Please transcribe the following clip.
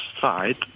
side